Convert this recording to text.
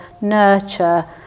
nurture